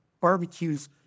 barbecues